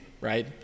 right